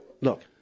look